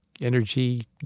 energy